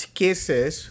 cases